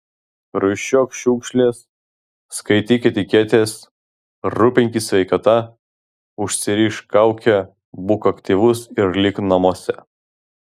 rūšiuok šiukšles skaityk etiketes rūpinkis sveikata užsirišk kaukę būk aktyvus ir lik namuose